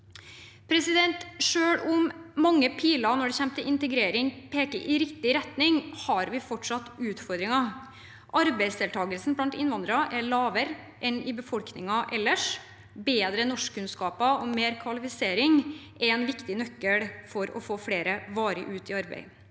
noen ting. Selv om mange piler peker i riktig retning når det gjelder integrering, har vi fortsatt utfordringer. Arbeidsdeltagelsen blant innvandrere er lavere enn i befolkningen ellers. Bedre norskkunnskaper og mer kvalifisering er en viktig nøkkel for å få flere varig ut i arbeid.